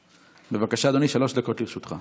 אדוני, שלוש דקות לרשותך.